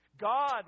God